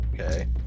okay